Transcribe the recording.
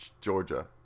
Georgia